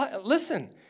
listen